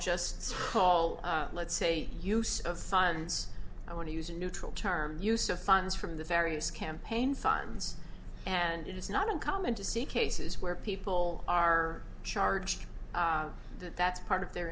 just call it let's say use of funds i want to use a neutral term use of funds from the various campaign funds and it's not uncommon to see cases where people are charged that that's part of their